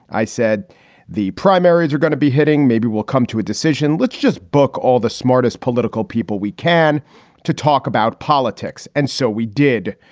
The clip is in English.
i said the primaries are going to be hitting. maybe we'll come to a decision. let's just book all the smartest political people we can to talk about politics. and so we did.